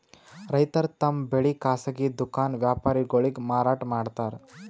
ರೈತರ್ ತಮ್ ಬೆಳಿ ಖಾಸಗಿ ದುಖಾನ್ ವ್ಯಾಪಾರಿಗೊಳಿಗ್ ಮಾರಾಟ್ ಮಾಡ್ತಾರ್